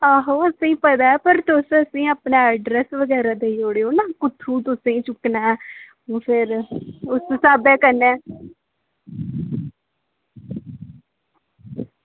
आहो असेंगी पता ऐ पर तुस अपना एड्रैस देई ओड़ेओ ना कुत्थां तुसेंगी चुक्कना ऐ ते उस स्हाबै कन्नै